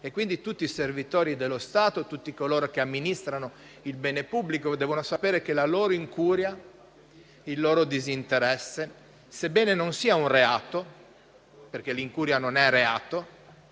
Quindi tutti i servitori dello Stato, tutti coloro che amministrano il bene pubblico, devono sapere che la loro incuria, il loro disinteresse, sebbene non sia un reato (perché l'incuria non è reato),